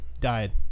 died